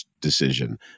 decision